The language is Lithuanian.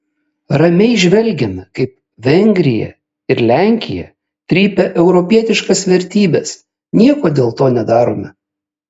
ramiai žvelgiame kaip vengrija ir lenkija trypia europietiškas vertybes nieko dėl to nedarome